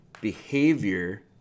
behavior